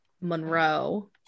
Monroe